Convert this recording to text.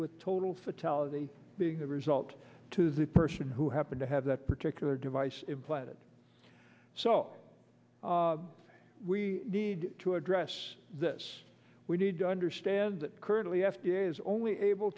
with total fatality being the result to the person who happened to have that particular device implanted so we need to address this we need to understand that currently f d a is only able